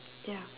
ya